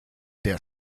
der